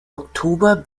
oktober